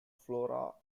flora